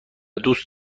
دوست